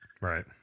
Right